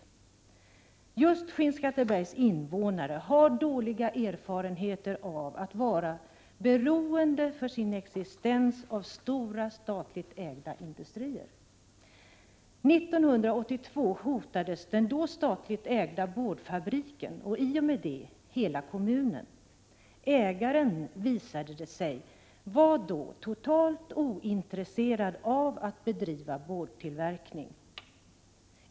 30 november 1987 Just Skinnskattebergs invånare har dåliga erfarenheter av att för sin Sd existens vara beroende av stora statligt ägda industrier. År 1982 hotades den då statligt ägda boardfabriken, och i och med det hela kommunen. Det visade sig då att ägaren var totalt ointresserad av att bedriva boardtillverkning.